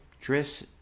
dress